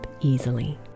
easily